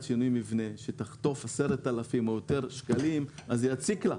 שינוי מבנה ותקבל קנס בסך 10,000 שקלים או יותר זה יציק לה.